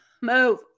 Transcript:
move